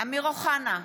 אמיר אוחנה,